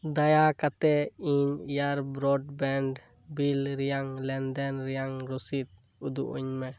ᱫᱟᱭᱟ ᱠᱟᱛᱮᱜ ᱤᱧ ᱮᱭᱟᱨ ᱵᱨᱚᱱᱰᱵᱮᱱᱰ ᱵᱤᱞ ᱨᱮᱭᱟ ᱞᱮᱱᱫᱮᱱ ᱨᱮᱭᱟᱜ ᱨᱚᱥᱤᱫ ᱩᱫᱩᱜ ᱟᱹᱧ ᱢᱮ